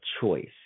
choice